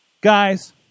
Guys